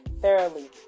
thoroughly